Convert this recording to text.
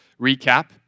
recap